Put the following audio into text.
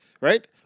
right